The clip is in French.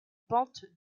pente